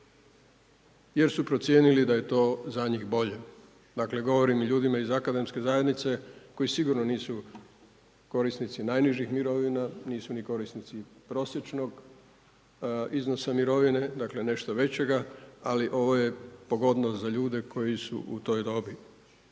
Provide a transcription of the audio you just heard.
jer su procijenili da je to za njih bolje. Dakle, govorim o ljudima iz akademske zajednice koji sigurno nisu korisnici najnižih mirovina, nisu ni korisnici prosječnog iznosa mirovine dakle nešto većega, ali ovo je pogodnost za ljude koji su u toj dobi.